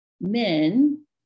men